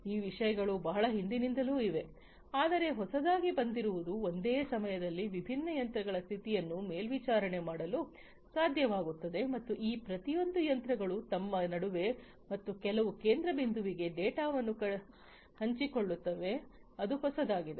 ಆ ವಿಷಯಗಳು ಬಹಳ ಹಿಂದಿನಿಂದಲೂ ಇವೆ ಆದರೆ ಹೊಸದಾಗಿ ಬಂದಿರುವುದು ಒಂದೇ ಸಮಯದಲ್ಲಿ ವಿಭಿನ್ನ ಯಂತ್ರಗಳ ಸ್ಥಿತಿಯನ್ನು ಮೇಲ್ವಿಚಾರಣೆ ಮಾಡಲು ಸಾಧ್ಯವಾಗುತ್ತದೆ ಮತ್ತು ಈ ಪ್ರತಿಯೊಂದು ಯಂತ್ರಗಳು ತಮ್ಮ ನಡುವೆ ಮತ್ತು ಕೆಲವು ಕೇಂದ್ರ ಬಿಂದುವಿಗೆ ಡೇಟಾವನ್ನು ಹಂಚಿಕೊಳ್ಳುತ್ತವೆ ಅದು ಹೊಸದಾಗಿದೆ